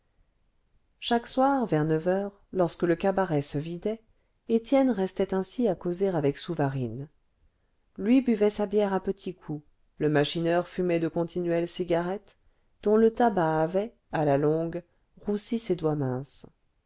chaque soir vers neuf heures lorsque le cabaret se vidait étienne restait ainsi à causer avec souvarine lui buvait sa bière à petits coups le machineur fumait de continuelles cigarettes dont le tabac avait à la longue roussi ses doigts minces